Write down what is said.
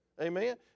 Amen